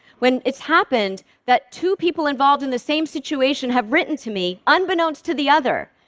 when it's happened that two people involved in the same situation have written to me, unbeknownst to the other,